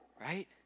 right